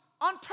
on